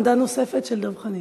עמדה נוספת של דב חנין.